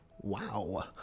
wow